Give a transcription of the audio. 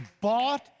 bought